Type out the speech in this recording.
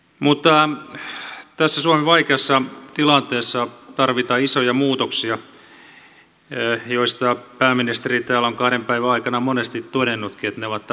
mutta tässä suomen vaikeassa tilanteessa tarvitaan isoja muutoksia joista pääministeri täällä on kahden päivän aikana monesti todennutkin että ne ovat tavattoman vaikeita